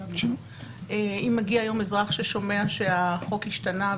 אם מגיע היום אזרח ששומע שהחוק השתנה,